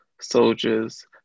soldiers